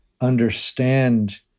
understand